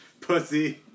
Pussy